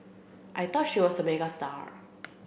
I thought she was a megastar